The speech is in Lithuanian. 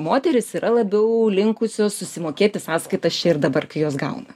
moterys yra labiau linkusios susimokėti sąskaitas čia ir dabar kai jos gauna